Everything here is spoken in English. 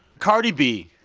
cardi b.